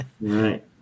right